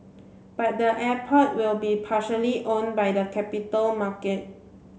but the airport will be partially own by the capital market